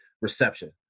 reception